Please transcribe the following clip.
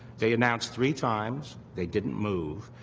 they announced three times. they didn't move.